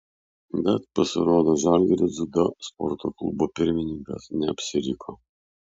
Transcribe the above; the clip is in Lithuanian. bet pasirodo žalgirio dziudo sporto klubo pirmininkas neapsiriko